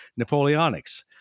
Napoleonics